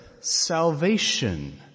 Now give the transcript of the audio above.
salvation